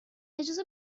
اجازه